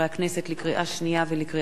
לקריאה שנייה ולקריאה שלישית,